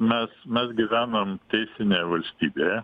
mes mes gyvenam teisinėje valstybėje